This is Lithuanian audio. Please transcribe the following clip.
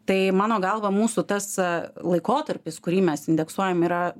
tai mano galva mūsų tąs laikotarpis kurį mes indeksuojam yra